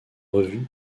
revue